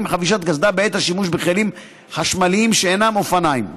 חבישת קסדה בעת השימוש בכלים חשמליים שאינם אופניים,